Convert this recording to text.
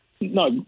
No